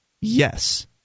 yes